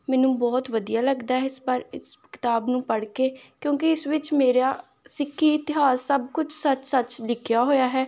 ਮੈਨੂੰ ਬਹੁਤ ਵਧੀਆ ਲੱਗਦਾ ਹੈ ਇਸ ਬਾਰ ਇਸ ਕਿਤਾਬ ਨੂੰ ਪੜ੍ਹ ਕੇ ਕਿਉਂਕਿ ਇਸ ਵਿੱਚ ਮੇਰਾ ਸਿੱਖੀ ਇਤਿਹਾਸ ਸਭ ਕੁਝ ਸੱਚ ਸੱਚ ਲਿਖਿਆ ਹੋਇਆ ਹੈ